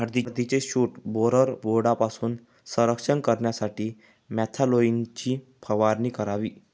हळदीचे shoot borer बोर्डपासून संरक्षण करण्यासाठी मॅलाथोईनची फवारणी करावी